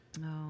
No